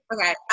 Okay